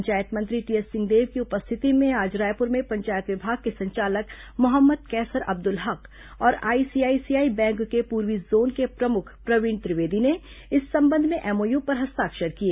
पंचायत मंत्री टीएस सिंहदेव की उपस्थिति में आज रायपुर में पंचायत विभाग के संचालक मोहम्मद कैसर अब्दुल हक और आईसीआईसीआई बैंक के पूर्वी जोन के प्रमुख प्रवीण त्रिवेदी ने इस संबंध में एमओयू पर हस्ताक्षर किए